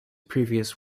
previous